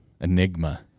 Enigma